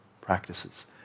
practices